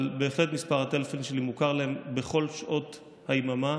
אבל בהחלט מספר הטלפון שלי מוכר להם בכל שעות היממה,